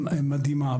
מדהימה.